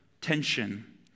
tension